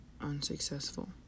unsuccessful